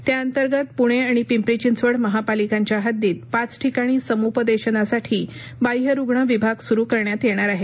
त्याअंतर्गत पूणे आणि पिंपरी चिंचवड महापालिकांच्या हद्दीत पाच ठिकाणी समूपदेशनासाठी बाह्य रुग्ण विभाग सुरू करण्यात येणार आहेत